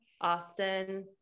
Austin